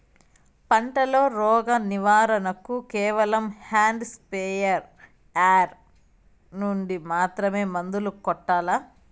పంట లో, రోగం నివారణ కు కేవలం హ్యాండ్ స్ప్రేయార్ యార్ నుండి మాత్రమే మందులు కొట్టల్లా?